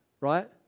right